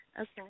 Okay